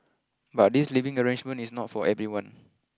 but this living arrangement is not for everyone